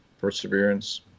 Perseverance